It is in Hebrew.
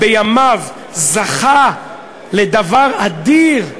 שבימיו זכה לדבר אדיר,